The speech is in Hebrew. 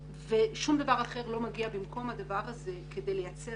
ושום דבר אחר לא מגיע במקום הדבר הזה כדי לייצר